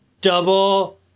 Double